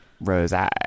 Rose-eye